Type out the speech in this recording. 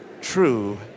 True